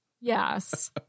Yes